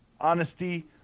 honesty